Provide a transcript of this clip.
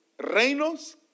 Reinos